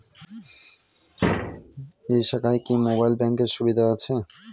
এই শাখায় কি মোবাইল ব্যাঙ্কের সুবিধা আছে?